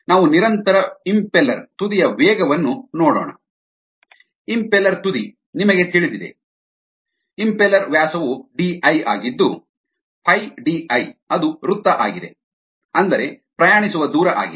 ನಾವು ನಿರಂತರ ಇಂಪೆಲ್ಲೆರ್ ತುದಿಯ ವೇಗವನ್ನು ನೋಡೋಣ ಇಂಪೆಲ್ಲೆರ್ ತುದಿ ನಿಮಗೆ ತಿಳಿದಿದೆ ಇಂಪೆಲ್ಲೆರ್ ವ್ಯಾಸವು ಡಿಐ ಆಗಿದ್ದು πDi ಅದು ವೃತ್ತ ಆಗಿದೆ ಅಂದರೆ ಪ್ರಯಾಣಿಸುವ ದೂರ ಆಗಿದೆ